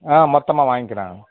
ஆ மொத்தமாக வாங்கிக்கிறேன் நான்